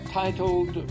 titled